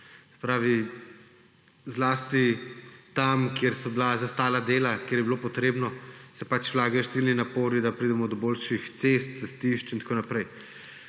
zlasti tam, kjer so dela zastala, kjer je bilo potrebno, se pač vlagajo številni napori, da pridemo do boljših cest, cestišč in tako naprej.